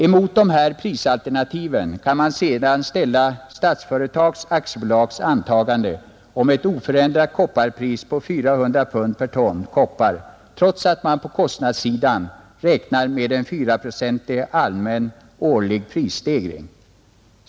Emot detta prisalternativ kan man sedan ställa Statsföretag AB:s antagande om ett oförändrat kopparpris på 400 pund per ton koppar, trots att man på kostnadssidan räknar med en 4-procentig allmän årlig prisstegring.